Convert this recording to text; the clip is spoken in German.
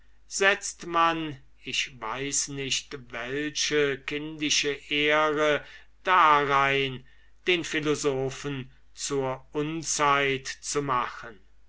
setzt man ich weiß nicht welche kindische ehre darin den philosophen zur unzeit zu machen